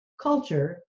culture